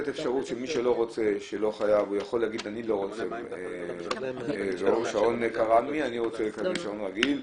אני מחזיקה את הטלפון ובדרך כלל החזקתי את הטלפון בצד מאוד ספציפי,